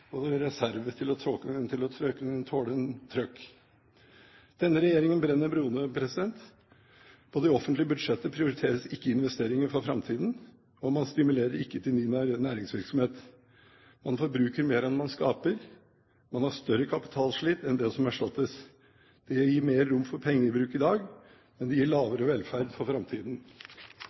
til å kunne tåle «en trøkk». Denne regjeringen brenner broene. På det offentlige budsjettet prioriteres ikke investeringer for framtiden, og man stimulerer ikke til ny næringsvirksomhet. Man forbruker mer enn man skaper. Man har større kapitalslit enn det som erstattes. Det gir mer rom for pengebruk i dag, men det gir lavere velferd for framtiden.